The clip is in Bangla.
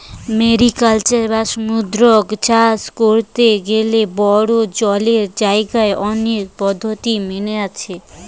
মেরিকালচার বা সামুদ্রিক চাষ কোরতে গ্যালে বড়ো জলের জাগায় অনেক পদ্ধোতি মেনে হচ্ছে